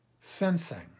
sensing